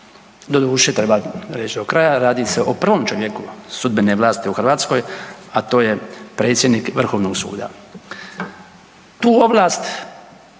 Doduše, treba reći do kraja, radi se o prvom čovjeku sudbene vlasti u Hrvatskoj a to je predsjednik Vrhovnog suda. Tu ovlast